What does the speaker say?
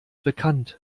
bekannt